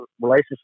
relationship